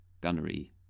gunnery